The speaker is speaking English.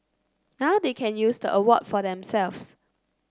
now they can use the award for themselves